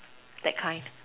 that kind